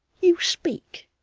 you speak.